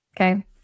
Okay